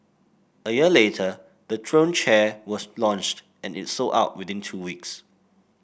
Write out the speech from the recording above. a year later the throne chair was launched and it sold out within two weeks